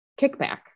kickback